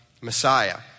Messiah